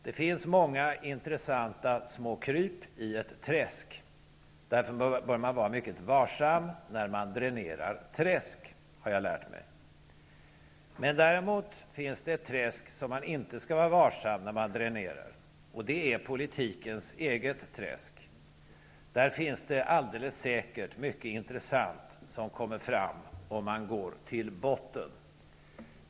Det finns många intressanta små kryp i ett träsk. Därför bör man vara mycket varsam när man dränerar träsk. Det har jag lärt mig. Däremot finns det träsk som man inte skall vara varsam när man dränerar. Det är politikens eget träsk. Där finns det alldeles säkert mycket intressant som kommer fram, om man går till botten.